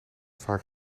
vaak